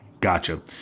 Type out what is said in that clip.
Gotcha